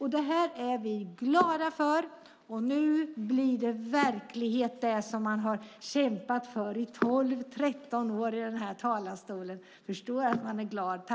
Vi är glada över detta. Nu blir det verklighet av det som vi har kämpat för i minst tolv år i denna talarstol. Ni förstår att vi är glada.